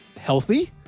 healthy